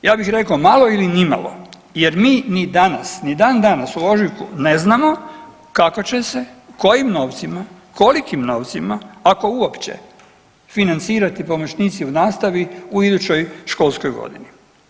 Ja bih rekao malo ili ni malo, jer mi ni danas, dan danas u ožujku ne znamo kako će se, kojim novcima, kolikim novcima ako uopće financirati pomoćnici u nastavi u idućoj školskoj godini.